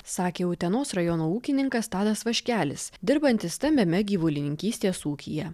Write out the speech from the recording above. sakė utenos rajono ūkininkas tadas vaškelis dirbantis stambiame gyvulininkystės ūkyje